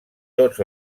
tots